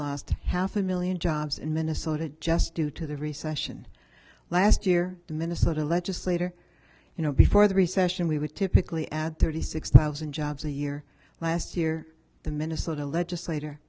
lost half a million jobs in minnesota just due to the recession last year minnesota legislator you know before the recession we would typically add thirty six thousand jobs a year last year the minnesota legislator